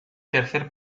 tercer